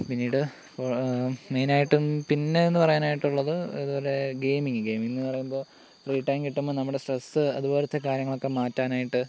പിന്നീട് മെയിനായിട്ടും പിന്നെ എന്ന് പറയാനായിട്ടുള്ളത് ഇതുപോലെ ഗെയിമിംഗ് ഗെയിമിംഗ് എന്ന് പറയുമ്പോൾ ഫ്രീ ടൈം കിട്ടുമ്പോൾ നമ്മുടെ സ്ട്രെസ്സ് അതുപോലത്തെ കാര്യങ്ങളൊക്കെ മാറ്റാനായിട്ട്